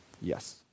Yes